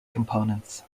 components